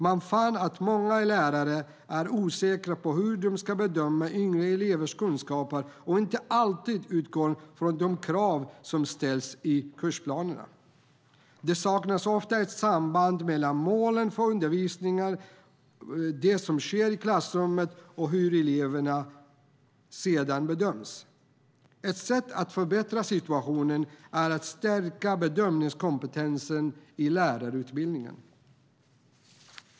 Man fann att många lärare är osäkra på hur de ska bedöma yngre elevers kunskaper och inte alltid utgår från de krav som ställs i kursplanerna. Det saknas ofta ett samband mellan målen för undervisningen, det som sker i klassrummet och hur eleverna sedan bedöms. Ett sätt att förbättra situationen är att stärka bedömningskompetensen i lärarutbildningen.